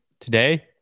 today